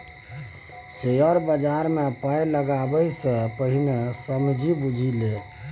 share बजारमे पाय लगेबा सँ पहिने समझि बुझि ले